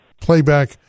playback